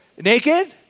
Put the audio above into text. naked